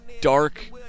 Dark